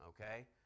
okay